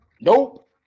nope